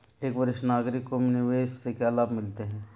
एक वरिष्ठ नागरिक को निवेश से क्या लाभ मिलते हैं?